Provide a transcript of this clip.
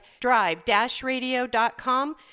drive-radio.com